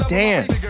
dance